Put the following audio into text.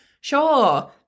Sure